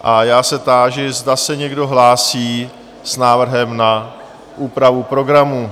A já se táži, zda se někdo hlásí s návrhem na úpravu programu?